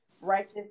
righteous